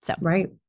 Right